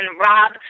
Rob